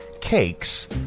cakes